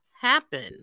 happen